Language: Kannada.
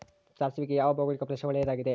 ಸಾಸಿವೆಗೆ ಯಾವ ಭೌಗೋಳಿಕ ಪ್ರದೇಶ ಒಳ್ಳೆಯದಾಗಿದೆ?